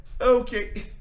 Okay